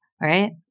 right